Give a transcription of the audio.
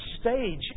stage